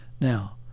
Now